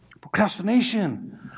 Procrastination